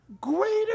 greater